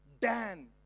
Dan